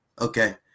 Okay